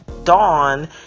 dawn